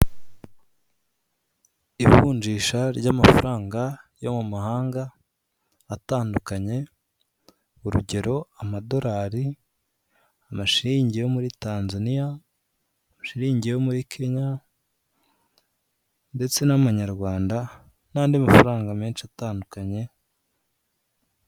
Ivunjisha ry'amafaranga yo mu mahanga atandukanye, urugero Amadolari, Amashigi yo muri Tanzania, Amashilingi yo muri Kenya ndetse n'Amanyarwanda n'andi mafaranga menshi atandukanye.